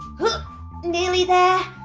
but nearly there,